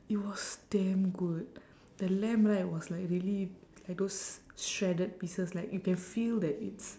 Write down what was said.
it was damn good the lamb right was like really like those shredded pieces like you can feel that it's